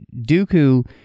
Dooku